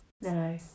No